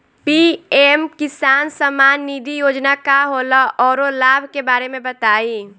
PM किसान सम्मान निधि योजना का होला औरो लाभ के बारे में बताई?